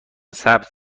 ثبت